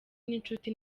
n’inshuti